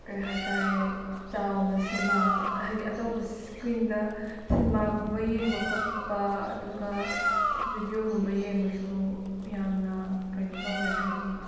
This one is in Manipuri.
ꯀꯩꯍꯥꯏꯇꯔꯦ ꯆꯥꯎꯅ ꯁꯤꯟꯃꯥ ꯍꯥꯏꯗꯤ ꯑꯆꯧꯕ ꯁ꯭ꯀ꯭ꯔꯤꯟꯗ ꯁꯤꯟꯃꯥꯒꯨꯝꯕ ꯌꯦꯡꯕ ꯈꯣꯠꯄ ꯑꯗꯨꯒ ꯚꯤꯗꯤꯌꯣꯒꯨꯝꯕ ꯌꯦꯡꯕꯁꯨ ꯌꯥꯝꯅ ꯀꯩꯅꯣ ꯇꯧꯔꯦ ꯍꯥꯏꯗꯤ